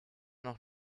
noch